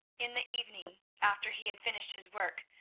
in the evening, after he had finished his work,